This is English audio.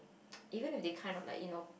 even if they kind of like you know